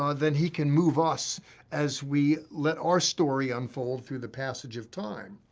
ah then he can move us as we let our story unfold through the passage of time.